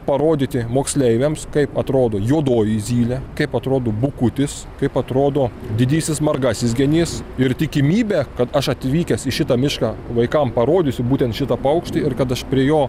parodyti moksleiviams kaip atrodo juodoji zylė kaip atrodo bukutis kaip atrodo didysis margasis genys ir tikimybė kad aš atvykęs į šitą mišką vaikam parodysiu būtent šitą paukštį ir kad aš prie jo